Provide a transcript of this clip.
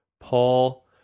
Paul